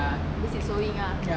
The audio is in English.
basic sewing ah